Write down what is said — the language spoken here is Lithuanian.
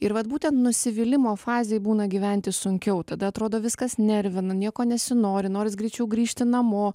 ir vat būtent nusivylimo fazėj būna gyventi sunkiau tada atrodo viskas nervina nieko nesinori noris greičiau grįžti namo